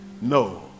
No